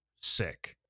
sick